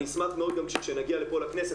אני אשמח מאוד גם כשאנחנו נגיע לפה לכנסת,